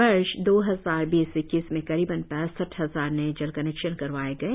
वर्ष दो हजार बीस इक्कीस में करीबन पैसठ हजार नए जल कनेक्शन लगवाए गए